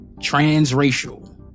transracial